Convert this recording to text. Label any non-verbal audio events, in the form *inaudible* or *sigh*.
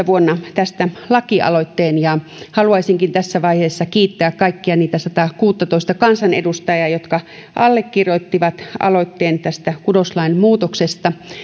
*unintelligible* vuonna kaksituhattakuusitoista tästä lakialoitteen ja haluaisinkin tässä vaiheessa kiittää kaikkia niitä sataakuuttatoista kansanedustajaa jotka allekirjoittivat aloitteen kudoslain muutoksesta